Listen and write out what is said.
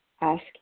Ask